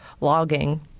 logging